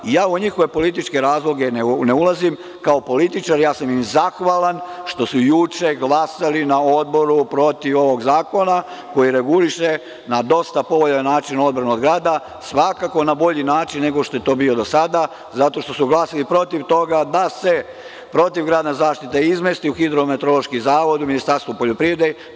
U njihove političke razloge ne ulazim, kao političar zahvalan sam im što su juče glasali na Odboru protiv ovog zakona koji reguliše na dosta povoljan način odbranu od grada, svakako na bolji način nego što je to bio do sada, zato što su glasali protiv toga da se protivgradna zaštita izmesti u RHMZ, u Ministarstvo poljoprivrede.